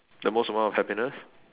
the most amount of happiness